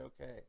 okay